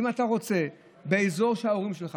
ואם אתה רוצה באזור שההורים שלך,